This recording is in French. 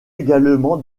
également